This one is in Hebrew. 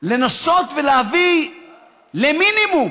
לנסות ולהביא למינימום